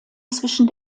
zwischen